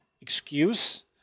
excuse